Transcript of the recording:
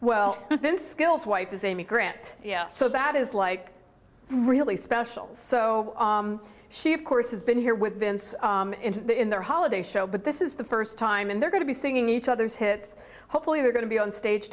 well then skills wife is amy grant so that is like really special so she of course has been here with vince in their holiday show but this is the first time and they're going to be singing each other's hits hopefully they're going to be on stage